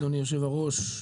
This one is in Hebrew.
אדוני יושב הראש,